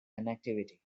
connectivity